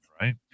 right